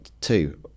two